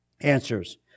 answers